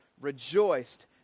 Rejoiced